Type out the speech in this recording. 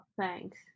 thanks